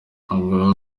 avuga